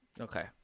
Okay